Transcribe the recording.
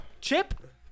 Chip